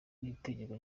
n’itegeko